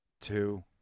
two